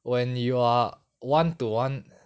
when you are one to one